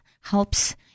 helps